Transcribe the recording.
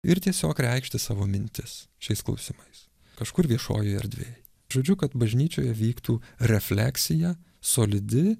ir tiesiog reikšti savo mintis šiais klausimais kažkur viešojoj erdvėj žodžiu kad bažnyčioje vyktų refleksija solidi